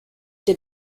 did